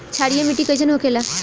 क्षारीय मिट्टी कइसन होखेला?